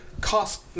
cost